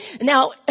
Now